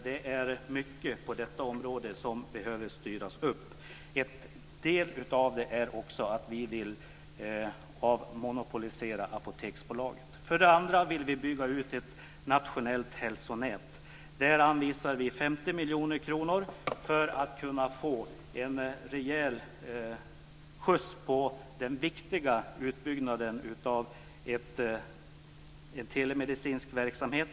Det är mycket på detta område som behöver styras upp. En del i det här är också att vi vill avmonopolisera Apoteksbolaget. För det andra vill vi bygga ut ett nationellt hälsonät. Där anvisar vi 50 miljoner kronor för att kunna få en rejäl skjuts på den viktiga utbyggnaden av telemedicinsk verksamhet.